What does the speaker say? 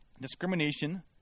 discrimination